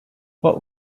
what